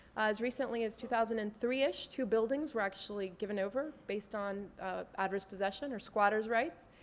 as recently as two thousand and three ish, two buildings were actually given over based on adverse possession, or squatter's rights.